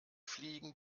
fliegen